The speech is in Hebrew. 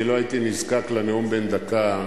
לא הייתי נזקק לנאום בן דקה,